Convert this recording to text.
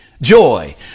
joy